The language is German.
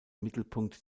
mittelpunkt